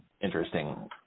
interesting